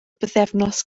bythefnos